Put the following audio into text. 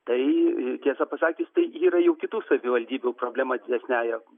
tai tiesa pasakius tai yra jau kitų savivaldybių problema didesniaja